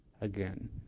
again